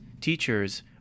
teachers